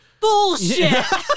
bullshit